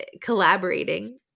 collaborating